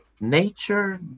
nature